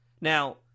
Now